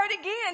again